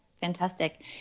fantastic